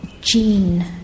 gene